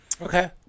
Okay